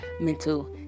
mental